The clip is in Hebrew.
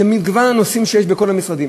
למגוון הנושאים שיש בכל המשרדים,